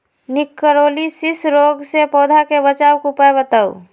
निककरोलीसिस रोग से पौधा के बचाव के उपाय बताऊ?